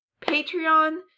Patreon